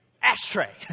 Ashtray